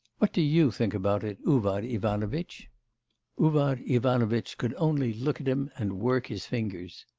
what do you think about it, uvar ivanovitch uvar ivanovitch could only look at him and work his fingers.